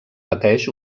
pateix